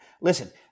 Listen